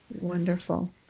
Wonderful